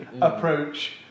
approach